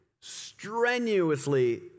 strenuously